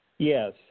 Yes